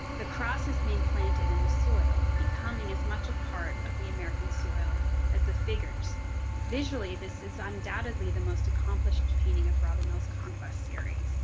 the cross is being planted in the soil becoming as much a part of the american soil as the figures visually. this is undoubtedly the most accomplished painting of rather mouse conquest series